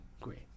great